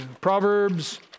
Proverbs